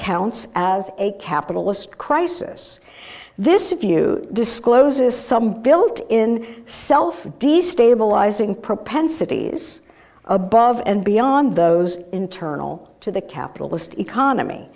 counts as a capitalist crisis this if you discloses some built in self destabilizing propensities above and beyond those internal to the capitalist economy